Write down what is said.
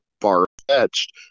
far-fetched